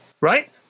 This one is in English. right